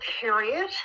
period